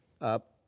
up